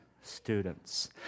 students